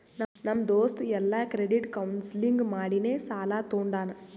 ನಮ್ ದೋಸ್ತ ಎಲ್ಲಾ ಕ್ರೆಡಿಟ್ ಕೌನ್ಸಲಿಂಗ್ ಮಾಡಿನೇ ಸಾಲಾ ತೊಂಡಾನ